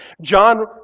John